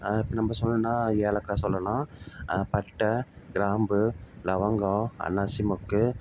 நம்ம சொல்லணுன்னா ஏலக்காய் சொல்லலாம் பட்டை கிராம்பு லவங்கம் அன்னாசி மொக்கு